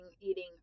eating